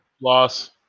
Loss